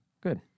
Good